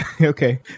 Okay